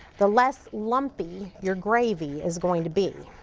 the less lumpy your gravy is going to be.